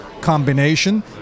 combination